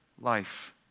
life